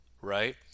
right